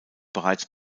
bereits